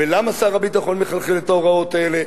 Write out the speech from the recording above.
ולמה שר הביטחון מחלחל את ההוראות האלה,